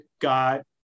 got